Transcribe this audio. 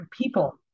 people